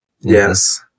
Yes